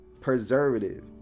preservative